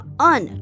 un